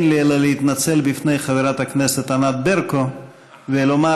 אין לי אלא להתנצל בפני חברת הכנסת ענת ברקו ולומר